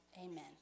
Amen